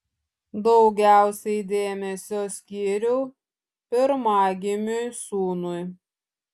daugiausiai dėmesio skyriau pirmagimiui sūnui